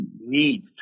need